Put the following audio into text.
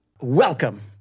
Welcome